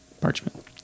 parchment